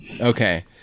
Okay